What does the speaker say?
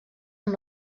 amb